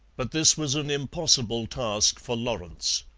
but this was an impossible task for lawrence.